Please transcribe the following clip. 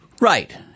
Right